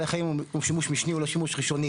חיים הוא שימוש משני הוא לשימוש ראשוני,